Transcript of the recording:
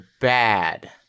bad